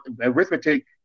arithmetic